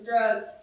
drugs